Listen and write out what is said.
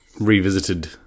revisited